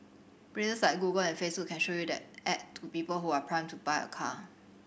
places like Google and Facebook can show you that ad to people who are primed to buy a car